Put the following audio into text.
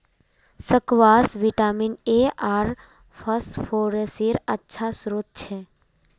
squash vitamin A आर फस्फोरसेर अच्छा श्रोत छ